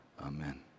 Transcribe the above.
Amen